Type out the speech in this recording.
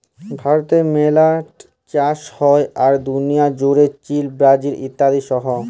ভারতে মেলা ট চাষ হ্যয়, আর দুলিয়া জুড়ে চীল, ব্রাজিল ইত্যাদিতে হ্য়য়